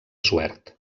suert